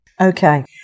Okay